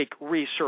Research